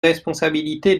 responsabilité